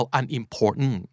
unimportant